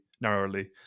narrowly